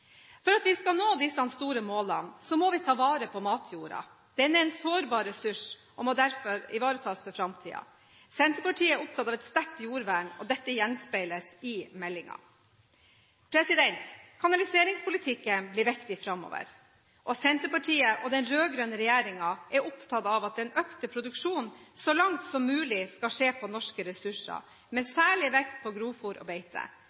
For at vi skal nå disse store målene, må vi ta vare på matjorda. Den er en sårbar ressurs og må derfor ivaretas for framtiden. Senterpartiet er opptatt av et sterkt jordvern, og dette gjenspeiles i meldingen. Kanaliseringspolitikken blir viktig framover, og Senterpartiet og den rød-grønne regjeringen er opptatt av at den økte produksjonen så langt som mulig skal skje på norske ressurser, med særlig vekt på grovfôr og beite.